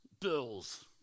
bills